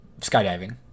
Skydiving